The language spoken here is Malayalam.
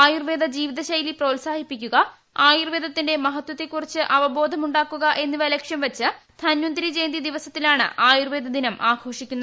ആയുർവേദ ജിവിത ശൈലി പ്രോത്സാഹിപ്പിക്കുക ആയുർവേദത്തിന്റെ മഹത്വത്തെക്കുറിച്ച് അവബോധമു ാക്കുക എന്നിവ ലക്ഷ്യം വെച്ച് ധമ്പന്തരി ജയന്തി ദിവസത്തിലാണ് ആയുർവേദ ദിനം ആഘോഷിക്കുന്നത്